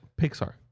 Pixar